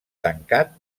tancat